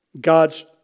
God's